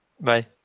Bye